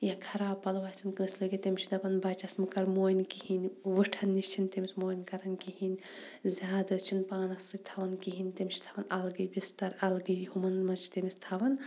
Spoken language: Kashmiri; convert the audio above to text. یا خَراب پَلَو آسن کٲنٛسہِ لٲگِتھ تٔمِس چھِ دَپان بَچَس مہٕ کَر موٚنۍ کِہیٖنۍ وٕٹھَن نِش چھِنہٕ تٔمِس موٚنۍ کَران کِہیٖنۍ زیادٕ چھِنہٕ پانَس سۭتۍ تھاوان کِہیٖنۍ تہِ تٔمِس چھِ تھاوان اَلگی بَستَر اَلگی ہُمَن مَنٛز چھِ تٔمِس تھاوان